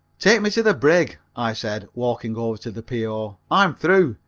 take me to the brig, i said, walking over to the p o, i'm through.